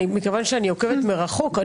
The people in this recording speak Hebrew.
מכיוון שאני עוקבת מרחוק,